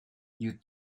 you